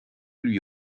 lui